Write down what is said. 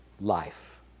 life